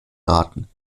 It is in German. raten